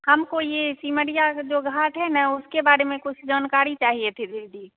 हमको ये सिमरिया जो घाट है ना उसके बारे में कुछ जानकारी चाहिए थी दीदी